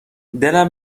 دلم